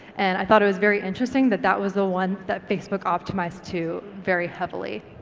and i thought it was very interesting that that was the one that facebook optimised to very heavily.